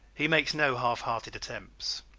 he makes no half-hearted attempts.